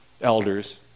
elders